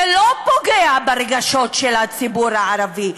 זה לא פוגע ברגשות של הציבור הערבי,